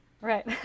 Right